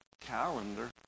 calendar